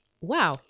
Wow